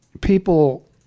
people